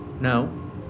No